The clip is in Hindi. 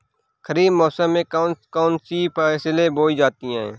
खरीफ मौसम में कौन कौन सी फसलें बोई जाती हैं?